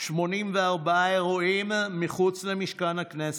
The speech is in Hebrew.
84 אירועים מחוץ למשכן הכנסת,